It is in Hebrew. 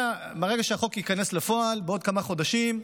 מהרגע שהחוק ייכנס לפועל בעוד כמה חודשים,